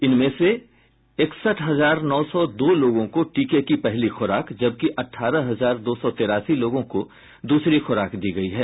इनमें से इकयठ हजार नौ सौ दो लोगों को टीके की पहली खुराक जबकि अठारह हजार दो सौ तेरासी लोगों को दूसरी खूराक दी गयी है